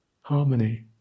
Harmony